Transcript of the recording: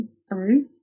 Sorry